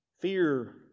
Fear